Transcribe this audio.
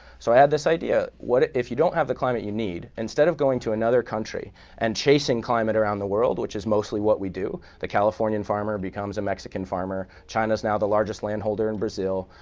so i had this idea, if you don't have the climate you need, instead of going to another country and chasing climate around the world which is mostly what we do, the californian farmer becomes a mexican farmer, china is now the largest landholder in brazil,